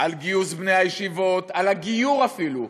גיוס בני הישיבות, הגיור אפילו.